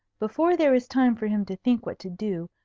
before there is time for him to think what to do,